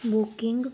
booking